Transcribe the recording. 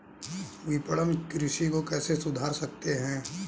विपणन कृषि को कैसे सुधार सकते हैं?